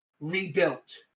rebuilt